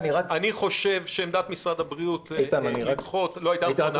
אני חושב שעמדת משרד הבריאות לדחות לא היתה נכונה